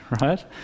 right